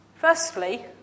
Firstly